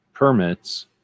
Permits